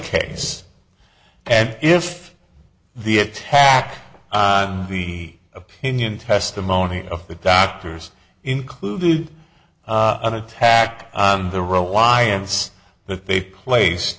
case and if the attack on the opinion testimony of the doctors included an attack on the reliance that they place